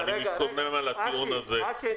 אני מתקומם לטיעון הזה -- אשי,